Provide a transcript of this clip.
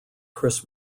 chris